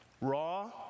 raw